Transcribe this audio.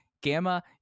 Gamma